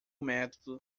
método